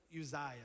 Uzziah